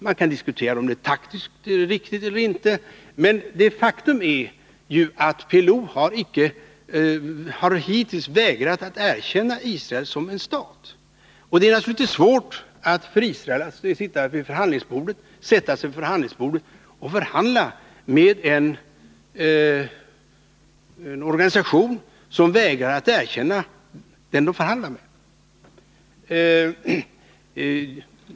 Man kan diskutera om det är taktiskt riktigt eller inte, men faktum är att PLO hittills har vägrat att erkänna Israel som en stat. Det är naturligtvis svårt för Israel att sätta sig vid förhandlingsbordet och förhandla med en organisation som vägrar att erkänna den som de förhandlar med.